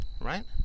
right